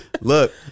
Look